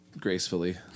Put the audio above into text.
gracefully